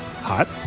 Hot